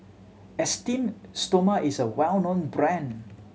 Esteem Stoma is a well known brand